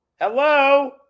Hello